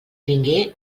vingué